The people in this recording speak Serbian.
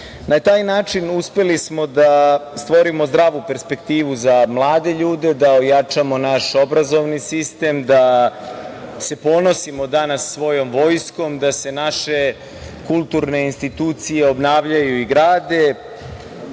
taj način uspeli smo da stvorimo zdravu perspektivu za mlade ljude, da ojačamo naš obrazovni sistem, da se ponosimo danas svojom vojskom, da se naše kulturne institucije obnavljaju i grade.